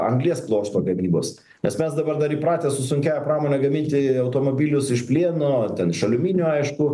anglies pluošto gamybos nes mes dabar dar įpratę su sunkiąja pramone gaminti automobilius iš plieno ten iš aliuminio aišku